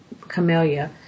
Camellia